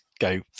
go